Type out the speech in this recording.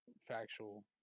Factual